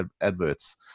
adverts